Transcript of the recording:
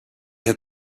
had